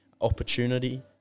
opportunity